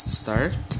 start